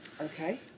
Okay